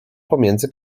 pomiędzy